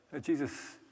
Jesus